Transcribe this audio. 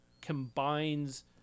combines